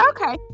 Okay